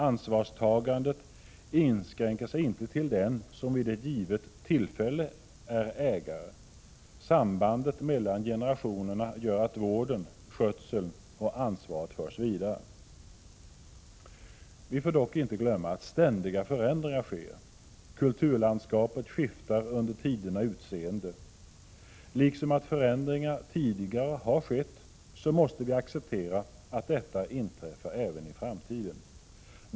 Ansvarstagandet inskränker sig inte till den som vid ett givet tillfälle är ägare; sambandet mellan generationerna gör att vården, skötseln och ansvaret förs vidare. Vi får dock inte glömma att ständiga förändringar inträffar. Kulturlandskapet skriftar under tiderna utseende. Liksom att förändringar tidigare har skett måste vi acceptera att detta inträffar även i framtiden.